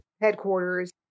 headquarters